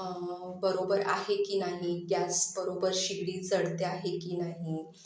बरोबर आहे की नाही गॅसबरोबर शेगडी जळते आहे की नाही